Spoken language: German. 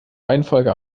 reihenfolge